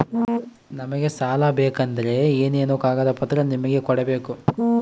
ನಮಗೆ ಸಾಲ ಬೇಕಂದ್ರೆ ಏನೇನು ಕಾಗದ ಪತ್ರ ನಿಮಗೆ ಕೊಡ್ಬೇಕು?